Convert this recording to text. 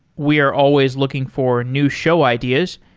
we are always looking for new show ideas.